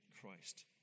Christ